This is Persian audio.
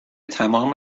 تمام